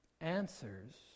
answers